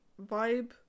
vibe